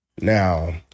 Now